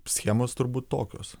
schemos turbūt tokios